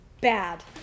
bad